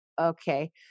okay